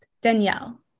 Danielle